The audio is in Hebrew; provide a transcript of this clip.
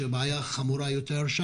שם הבעיה חמורה יותר,